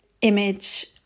image